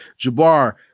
Jabbar